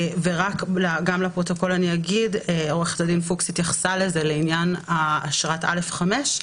גם לפרוטוקול אני אגיד שעו"ד פוקס התייחסה לעניין אשרת א/5,